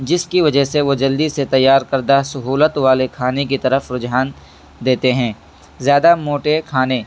جس کی وجہ سے وہ جلدی سے تیار کردہ سہولت والے کھانے کی طرف رجحان دیتے ہیں زیادہ موٹے کھانے